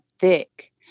thick